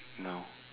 no